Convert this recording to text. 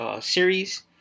series